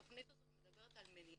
התכנית הזאת מדברת על מניעה.